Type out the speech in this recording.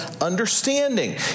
understanding